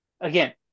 again